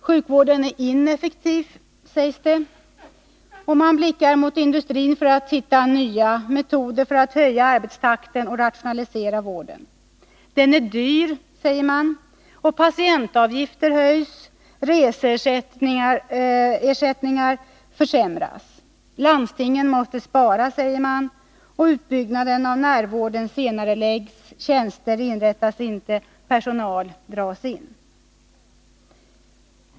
Sjukvården är ineffektiv, sägs det, och man blickar mot industrin för att finna nya metoder för att höja arbetstakten och rationalisera vården. Den är dyr, säger man, och patientavgifter höjs, reseersättningar försämras. Landstingen måste spara, säger man, och utbyggnaden av ”närvården” senareläggs, tjänster inrättas inte, personal dras in.